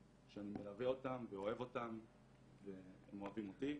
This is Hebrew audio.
שאני מלווה אותם ואוהב אותם והם אוהבים אותי.